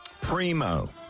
Primo